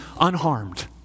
unharmed